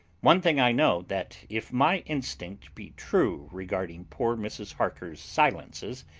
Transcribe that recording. one thing i know that if my instinct be true regarding poor mrs. harker's silences,